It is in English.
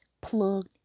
plugged